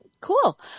cool